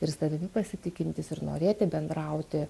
ir savimi pasitikintis ir norėti bendrauti